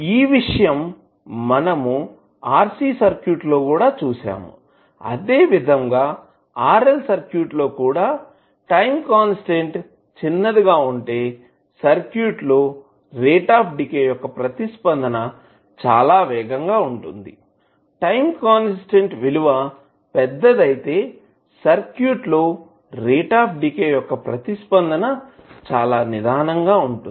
ఈవిషయం మనము RC circuit లో కూడా చూసాము అదే విధంగా RL సర్క్యూట్ లో కూడా టైం కాన్స్టాంట్ చిన్నదిగా వుంటే సర్క్యూట్ లో రేట్ ఆఫ్ డీకే యొక్క ప్రతిస్పందన చాలా వేగంగా ఉంటుంది టైం కాన్స్టాంట్ విలువ పెద్దదైతే సర్క్యూట్ లోరేట్ ఆఫ్ డీకే యొక్క ప్రతిస్పందన చాలా నిదానంగా ఉంటుంది